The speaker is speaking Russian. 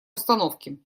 установки